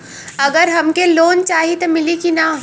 अगर हमके लोन चाही त मिली की ना?